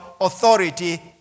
authority